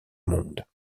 monde